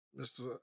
Mr